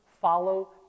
follow